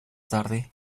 tarde